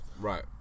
Right